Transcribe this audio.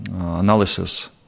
analysis